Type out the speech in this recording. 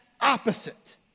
opposite